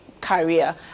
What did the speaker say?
career